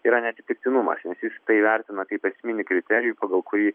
tai yra ne atsitiktinumas nes jis tai vertina kaip esminį kriterijų pagal kurį